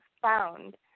found